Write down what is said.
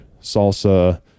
salsa